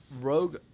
Rogue